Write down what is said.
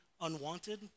unwanted